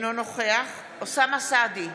אינו נוכח אוסאמה סעדי,